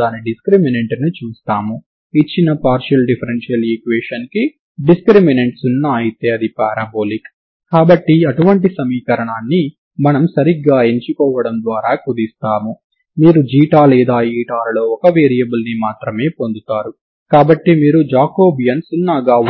దానిని నేను తదుపరి వీడియోలో చూపిస్తాను మరియు తర్వాత మనం స్టర్మ్ లియోవిల్లే సిద్ధాంతాన్ని ఉపయోగించుకునే పరిమిత